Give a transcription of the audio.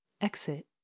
exit